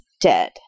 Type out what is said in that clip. dead